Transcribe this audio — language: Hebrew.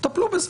תטפלו בזה.